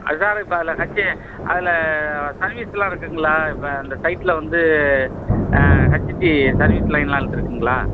அது தான் அதான் இப்போ அதில் ஹச்சு அதில் சர்வீஸ்லாம் இருக்குங்களா இப்போ அந்த சைடுல வந்து ஹச்டி சர்வீஸ் லைன்லாம் இருக்குங்களா